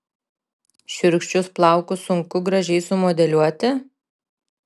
šiurkščius plaukus sunku gražiai sumodeliuoti